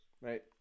Right